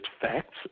facts